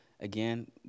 Again